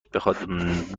بخواد